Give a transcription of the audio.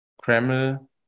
Kremlin